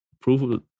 proof